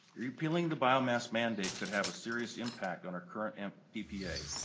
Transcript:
repealing the biomass mandate could have a serious impact on her current and epa.